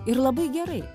ir labai gerai